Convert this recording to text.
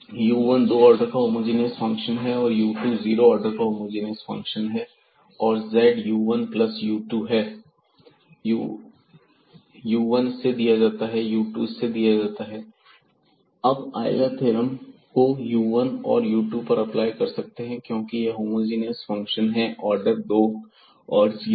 u1 दो order का homogeneous function है और u2 जीरो ऑर्डर का होमोजीनियस फंक्शन है और z u1 प्लस u2 है u1 इससे दिया जाता है और u2 इससे दिया जाता है अब आयलर थ्योरम को u1 और u2 पर अप्लाई कर सकते हैं क्योंकि यह होमोजीनियस फंक्शन है ऑर्डर दो और जीरो के